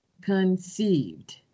conceived